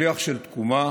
כשליח של תקומה,